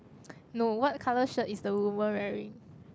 no what colour shirt is the woman wearing